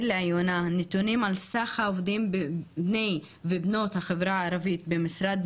לעיונה נתונים על סך העובדים בני ובנות החברה הערבית במשרד,